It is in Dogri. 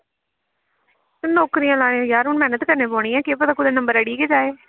नौकरियां लैनियां न यरा हून मैह्नत करना गै पौनी ऐ केह् पता नंबर अड़ी गै जाए